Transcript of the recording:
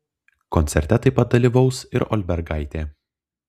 koncerte taip pat dalyvaus ir olbergaitė